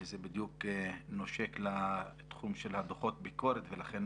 שזה בדיוק נושק לתחום של דוחות הביקורת ולכן